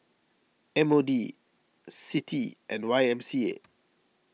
M O D Citi and Y M C A